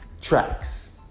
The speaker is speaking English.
tracks